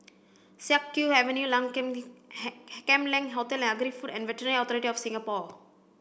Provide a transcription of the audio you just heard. Siak Kew Avenue Leng Kam Kam Leng Hotel and Agri Food and Veterinary Authority of Singapore